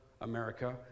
America